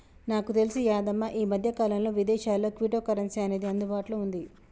నాకు తెలిసి యాదమ్మ ఈ మధ్యకాలంలో విదేశాల్లో క్విటో కరెన్సీ అనేది అందుబాటులో ఉంది